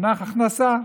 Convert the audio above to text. הכנסה,